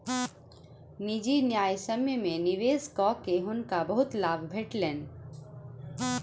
निजी न्यायसम्य में निवेश कअ के हुनका बहुत लाभ भेटलैन